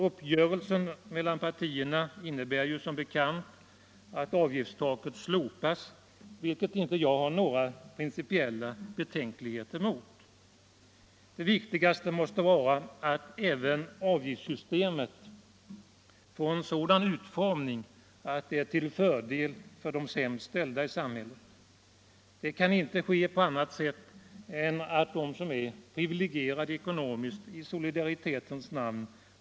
Uppgörelsen mellan partierna innebär som bekant att avgiftstaket slopas, vilket inte jag har några principiella betänkligheter mot. Det viktigaste måste vara att avgiftssystemet får en sådan utformning att det är till fördel för de sämst ställda i samhället. Detta kan inte ske på annat sätt än att de som är ekonomiskt privilegierade måste bidra i solidaritetens namn.